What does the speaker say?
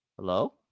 Hello